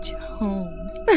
Holmes